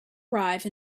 arrive